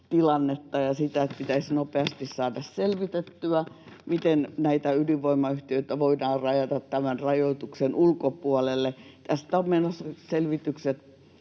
tilannetta ja sitä, että pitäisi nopeasti saada selvitettyä, miten ydinvoimayhtiöitä voidaan rajata tämän rajoituksen ulkopuolelle. Tästä on menossa selvitykset